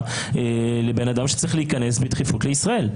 לבן אדם שצריך להיכנס בדחיפות לישראל.